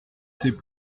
ses